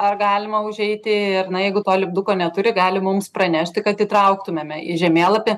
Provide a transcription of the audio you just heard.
ar galima užeiti ir na jeigu to lipduko neturi gali mums pranešti kad įtrauktumėme į žemėlapį